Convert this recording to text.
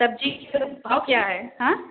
सब्जी के भाव क्या है हाँ